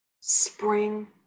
spring